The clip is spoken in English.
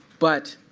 but